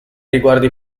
riguardo